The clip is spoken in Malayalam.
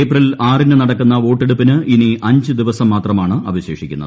ഏപ്രിൽ ആറിന് നടക്കുന്ന വോട്ടെടുപ്പിന് ഇനി അഞ്ച് ദിവസം മാത്രമാണ് അവശേഷിക്കുന്നത്